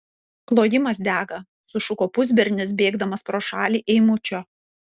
klojimas dega sušuko pusbernis bėgdamas pro šalį eimučio